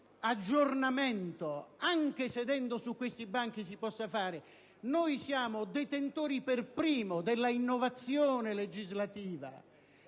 aggiornamento anche sedendo tra questi banchi si possa fare? Noi siamo detentori per primi dell'innovazione legislativa: